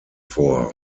vor